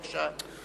בבקשה.